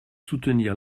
soutenir